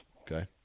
okay